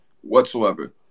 whatsoever